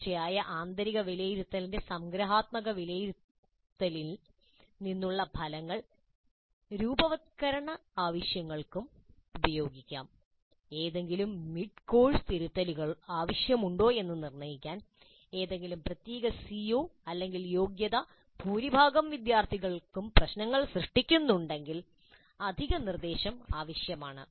തുടർച്ചയായ ആന്തരിക വിലയിരുത്തലിനിടെ സംഗ്രഹാത്മക വിലയിരുത്തലിൽ നിന്നുള്ള ഫലങ്ങൾ രൂപവത്കരണ ആവശ്യങ്ങൾക്കും ഉപയോഗിക്കാം ഏതെങ്കിലും മിഡ്കോഴ്സ് തിരുത്തലുകൾ ആവശ്യമുണ്ടോ എന്ന് നിർണ്ണയിക്കാൻ ഏതെങ്കിലും പ്രത്യേക സിഒ യോഗ്യത ഭൂരിഭാഗം വിദ്യാർത്ഥികൾക്കും പ്രശ്നങ്ങൾ സൃഷ്ടിക്കുന്നുണ്ടെങ്കിൽ അധിക നിർദ്ദേശം ആവശ്യമാണ്